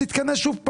נתכנס שוב פעם.